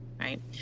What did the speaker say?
right